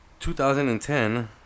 2010